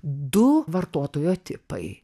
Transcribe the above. du vartotojo tipai